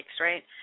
right